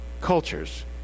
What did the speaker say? cultures